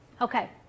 Okay